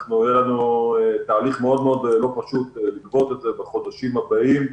יהיה לנו תהליך מאוד מאוד לא פשוט לגבות את זה בחודשים הבאים,